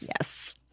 Yes